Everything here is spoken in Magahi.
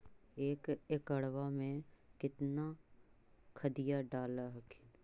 एक एकड़बा मे कितना खदिया डाल हखिन?